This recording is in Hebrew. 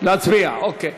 להצביע, אוקיי.